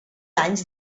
anys